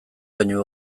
baino